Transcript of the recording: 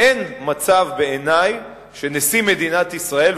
אין מצב בעיני שנשיא מדינת ישראל,